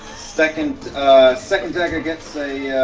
second second dagger gets a